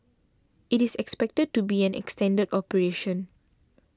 it is expected to be an extended operation